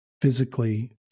physically